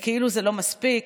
וכאילו זה לא מספיק,